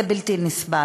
זה בלתי נסבל.